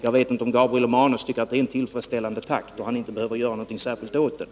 Jag vet inte om Gabriel Romanus tycker att det är en tillfredsställande takt och att han inte behöver göra något särskilt åt den.